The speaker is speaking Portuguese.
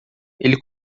ele